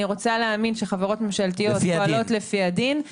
אני רוצה להאמין שחברות ממשלתיות פועלות לפי הדין,